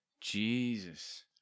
Jesus